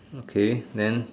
okay then